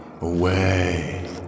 away